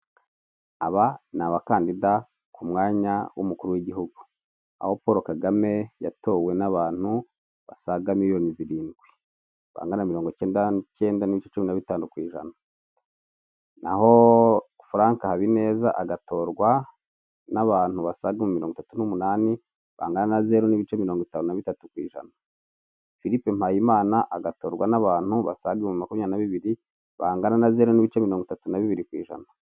Aba ni abakandida ku mwanya w'umukuru w'igihugu aho Polo Kagame yatowe n'abantu basaga miliyoni zirindwi bangana nabirongo icyenda n'icyenda n'ibice cumi na bitanu ku jana naho Franka Habineza agatorwa n'abantu basaga ibihumbi mironngo itatu n'umunani bangana na zeru n'bice mirongo itanu itanu bitatu ku ijana Filipe Mpayimana agatorwa n'abantu basaga ibihumbi makumyabiri na bibiri bangana na mirongo itatu na bibiriwjana.